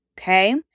Okay